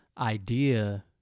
idea